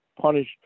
punished